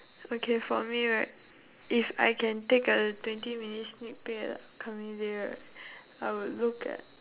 okay for me right if I can take a twenty minute sneak peek at the upcoming day right I will look at